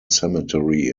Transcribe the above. cemetery